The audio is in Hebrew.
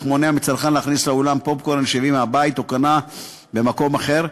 אך מונע מצרכן להכניס לאולם פופקורן שהביא מהבית או קנה במקום אחר,